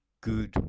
good